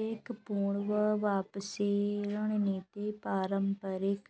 एक पूर्ण वापसी रणनीति पारंपरिक